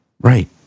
Right